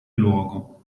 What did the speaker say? luogo